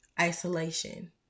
isolation